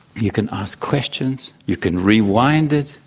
you can ask questions, you can rewind it,